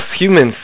humans